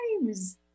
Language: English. times